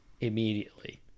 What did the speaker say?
immediately